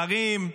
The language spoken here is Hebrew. שרים,